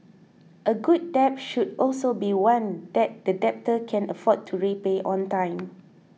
a good debt should also be one that the debtor can afford to repay on time